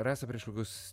rasa prieš kokius